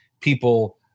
people